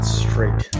straight